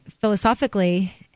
philosophically